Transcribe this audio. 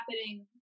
happening